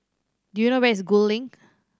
do you know where is Gul Link